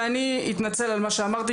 ואני מתנצל על מה שאמרתי,